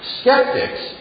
skeptics